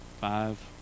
Five